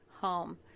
home